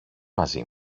μαζί